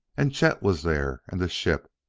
and chet was there, and the ship.